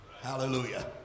Hallelujah